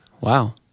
Wow